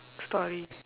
story